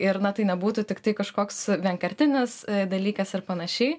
ir na tai nebūtų tiktai kažkoks vienkartinis dalykas ir panašiai